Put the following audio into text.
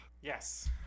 yes